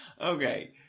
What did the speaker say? Okay